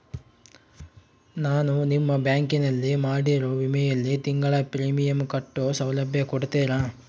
ನಾನು ನಿಮ್ಮ ಬ್ಯಾಂಕಿನಲ್ಲಿ ಮಾಡಿರೋ ವಿಮೆಯಲ್ಲಿ ತಿಂಗಳ ಪ್ರೇಮಿಯಂ ಕಟ್ಟೋ ಸೌಲಭ್ಯ ಕೊಡ್ತೇರಾ?